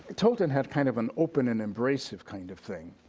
tolton had kind of an open and embracive kind of thing.